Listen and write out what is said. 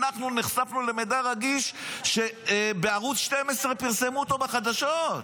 אנחנו נחשפנו למידע רגיש שבערוץ 12 פרסמו אותו בחדשות.